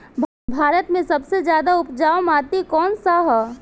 भारत मे सबसे ज्यादा उपजाऊ माटी कउन सा ह?